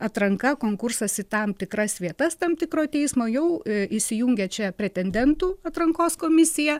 atranka konkursas į tam tikras vietas tam tikro teismo jau įsijungia čia pretendentų atrankos komisija